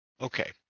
Okay